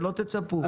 שלא תצפו,